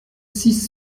six